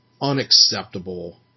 unacceptable